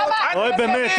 למה,